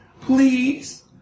Please